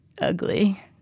ugly